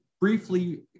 briefly